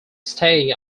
stay